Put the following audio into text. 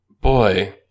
Boy